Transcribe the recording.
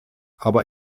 aber